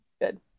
Good